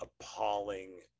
appalling